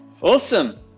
Awesome